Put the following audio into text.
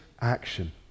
action